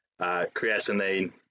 creatinine